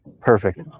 Perfect